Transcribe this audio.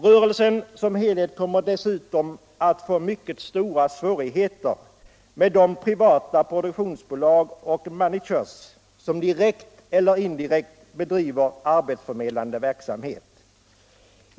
Rörelsen som helhet kommer dessutom att få mycket stora svårigheter med de privata produktionsbolag och managers som direkt eller indirekt bedriver arbetsförmedlande verksamhet.